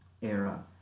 era